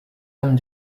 homme